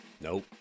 Nope